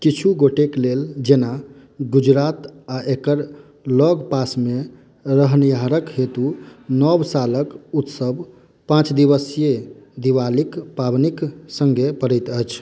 किछु गोटेक लेल जेना गुजरात आ एकर लगपासमे रहनिहारक हेतु नव सालक उत्सव पाँच दिवसीय दिवालीक पाबनिक सङ्गे पड़ैत अछि